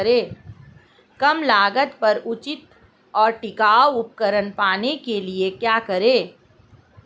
कम लागत पर उचित और टिकाऊ उपकरण पाने के लिए क्या करें?